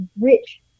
rich